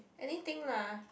anything lah